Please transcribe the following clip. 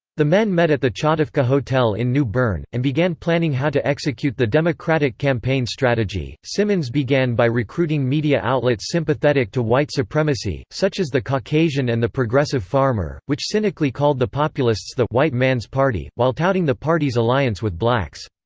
the men met at the chatawka hotel in new bern, bern, and began planning how to execute the democratic campaign strategy simmons began by recruiting media outlets sympathetic to white supremacy, such as the caucasian and the progressive farmer, which cynically called the populists the white man's party, while touting the party's alliance with blacks.